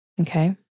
Okay